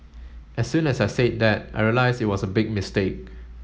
as soon as I said that I realised it was a big mistake